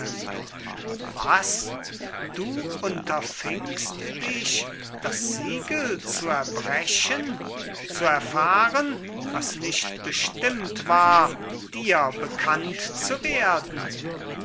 was du unterfingst dich das siegel zu erbrechen zu erfahren was nicht bestimmt war dir bekannt zu werden